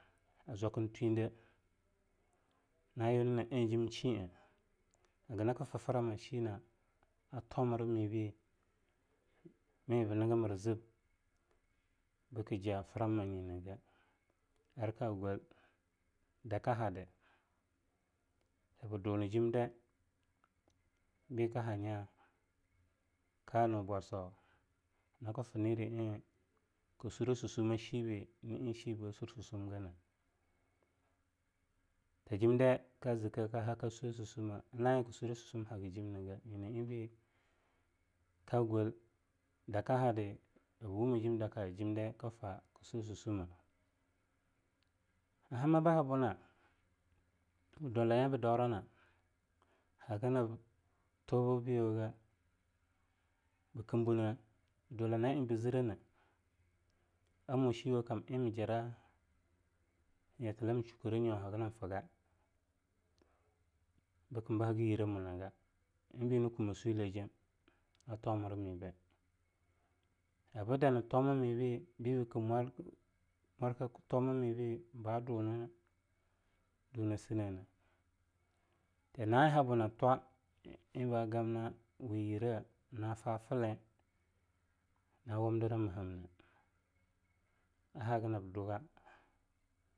Zwakntwengdei nayuna ajimshing hagnakfram ma shina'a a tommramibnei mibngmirzib bkja frammanyingei a arkagol daka hadae bdunijimdai jimbikaha nya kanyu bwazo gnakfnidi eing ksurahsussumeah ashibe na eing shibei basursussum ngeia tajimdai kazkei kahaka swesussumai na'aeing haka surah sussumei hagajimngeia nyina'wingbe kagol daka hada bwumeijim daka jimdai habuna bdwalaya'eing bdaurana hagnabtobiyogeia bkimbuna bdwalana'eing bzzrrahnei a moshiyea kam'eing mjara myatta mchukranyau hagnam fag bkmbahaganyi rah amonga eingbei nyina kume swelejem a tomrami bei bdana tomnamibei biba kim mwarka tomamibei badunn duna neine tana'eing habuna twa eing bagamna weyiraah na'a faflleing na'awamdira meihamnei ahaganbduga.